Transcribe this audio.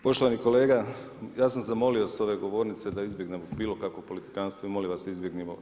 Poštovani kolega, ja sam zamoli os ove govornice da izbjegnemo bilo kakvo politikanstvo i molim vas, izbjegnimo.